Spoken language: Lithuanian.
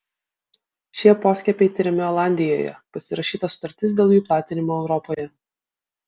šie poskiepiai tiriami olandijoje pasirašyta sutartis dėl jų platinimo europoje